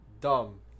Dumb